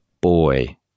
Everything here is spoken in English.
boy